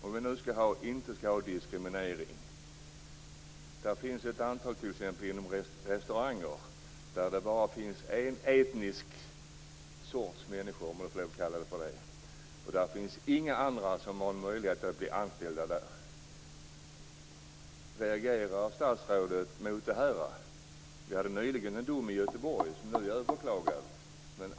Om vi nu inte skall ha diskriminering så finns det t.ex. ett antal restauranger där det bara finns en etnisk sorts människor, om jag får kalla det så. Det finns inga andra som har möjlighet att bli anställda där. Reagerar statsrådet mot detta? Vi hade nyligen en dom i Göteborg, som nu är överklagad.